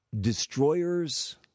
destroyers